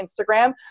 Instagram